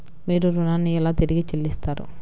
మీరు ఋణాన్ని ఎలా తిరిగి చెల్లిస్తారు?